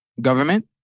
Government